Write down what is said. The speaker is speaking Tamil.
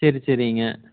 சரி சரிங்க